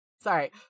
Sorry